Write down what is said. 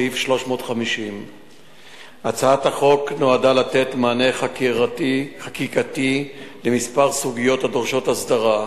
סעיף 350. הצעת החוק נועדה לתת מענה חקיקתי לכמה סוגיות הדורשות הסדרה.